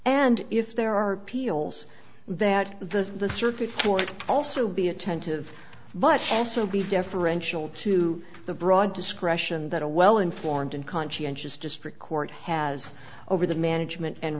and if there are peels that the the circuit court also be attentive but also be deferential to the broad discretion that a well informed and conscientious district court has over the management and